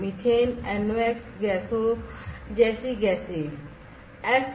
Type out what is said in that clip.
methane NOx गैसों जैसी गैसें